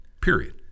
period